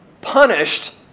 punished